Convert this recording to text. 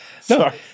Sorry